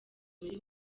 muri